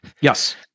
Yes